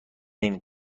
نمی